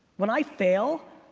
when i fail,